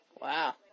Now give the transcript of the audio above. Wow